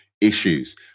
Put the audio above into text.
issues